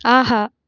ஆஹா